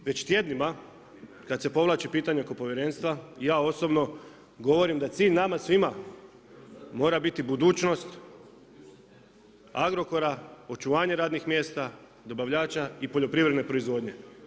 Već tjednima, kad se povlači pitanje oko povjerenstva, ja osobno, govorim da je cilj nama svima mora biti budućnost Agrokora, očuvanje radnih mjesta, dobavljača i poljoprivredne proizvodnje.